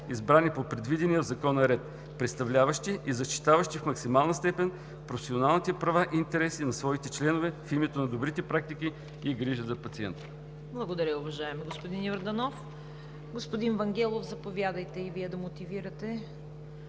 избрани по предвидения в Закона ред, представляващи и защитаващи в максимална степен професионалните права и интереси на своите членове в името на добрите практики и грижа за пациента. ПРЕДСЕДАТЕЛ ЦВЕТА КАРАЯНЧЕВА: Благодаря Ви, уважаеми господин Йорданов. Господин Вангелов, заповядайте да мотивирате